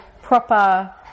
proper